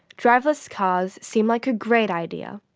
driverless cars seem like a great idea,